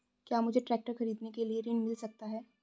क्या मुझे ट्रैक्टर खरीदने के लिए ऋण मिल सकता है?